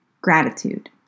Gratitude